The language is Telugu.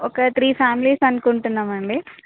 ఒక త్రీ ఫ్యామిలీస్ అనుకుంటున్నాం అండి